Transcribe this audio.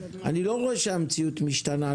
אני לא רואה שהמציאות משתנה.